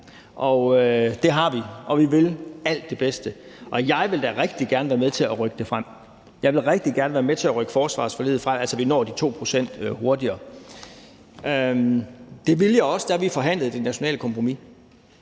Det har vi, og vi vil alt det bedste. Jeg vil da rigtig gerne være med til at rykke forsvarsforliget frem, så vi når de 2 pct. hurtigere. Det ville jeg også, da vi forhandlede det nationale kompromis.